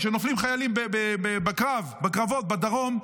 כשנופלים חיילים בקרבות בדרום,